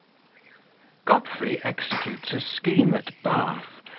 godfrey executes a scheme at bath,